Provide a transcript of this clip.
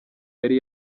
yari